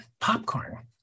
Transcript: popcorn